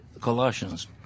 Colossians